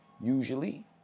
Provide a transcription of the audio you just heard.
usually